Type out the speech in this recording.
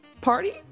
party